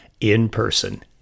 in-person